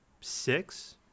six